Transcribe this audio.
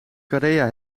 korea